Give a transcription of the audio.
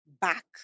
back